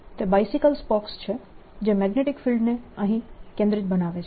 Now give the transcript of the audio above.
તે bicycle spokes છે જે મેગ્નેટીક ફિલ્ડને અહીં કેન્દ્રિત બનાવે છે